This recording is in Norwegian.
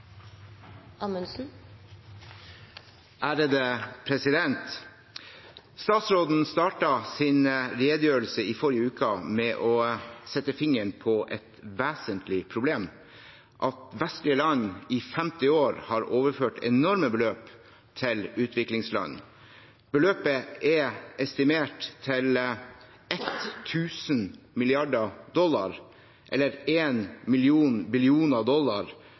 Statsråden startet sin redegjørelse i forrige uke med å sette fingeren på et vesentlig problem: At vestlige land i 50 år har overført enorme beløp til utviklingsland. Beløpet er estimert til 1 000 mrd. dollar, eller én million millioner dollar,